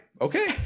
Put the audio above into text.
Okay